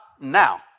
now